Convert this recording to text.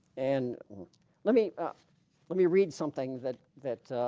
and let me ah let me read something that that